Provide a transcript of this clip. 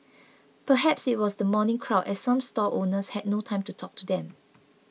perhaps it was the morning crowd as some stall owners had no time to talk to them